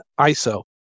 ISO